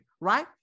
right